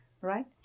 right